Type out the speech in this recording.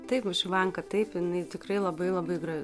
taip višivanka taip jinai tikrai labai labai gra